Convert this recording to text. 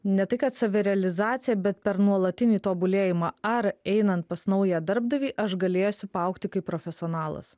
ne tai kad savirealizaciją bet per nuolatinį tobulėjimą ar einant pas naują darbdavį aš galėsiu paaugti kaip profesionalas